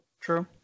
true